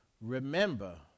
remember